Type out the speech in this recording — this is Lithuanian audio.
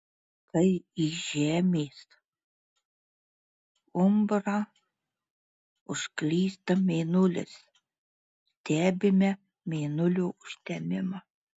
kai į žemės umbrą užklysta mėnulis stebime mėnulio užtemimą